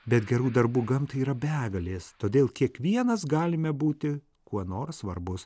bet gerų darbų gamtai yra begalės todėl kiekvienas galime būti kuo nors svarbus